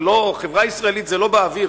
החברה הישראלית זה לא באוויר,